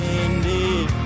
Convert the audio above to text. ended